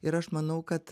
ir aš manau kad